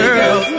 girl